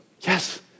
Yes